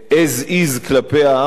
אז כדי לכבוש,